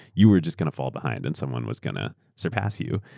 you were just going to fall behind and someone was going to surpass you.